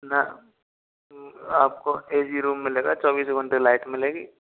न आपको A C room मिलेगा चौबिसों घंटे लाइट मिलेगी